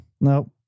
No